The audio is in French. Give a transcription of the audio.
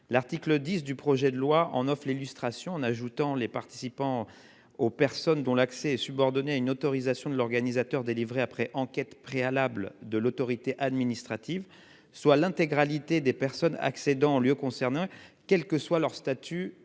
L'article 10 du projet de loi en off l'illustration. En ajoutant les participants aux personnes dont l'accès est subordonnée à une autorisation de l'organisateur délivré après enquête préalable de l'autorité administrative, soit l'intégralité des personnes accédant lieu concernant quel que soit leur statut